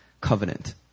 covenant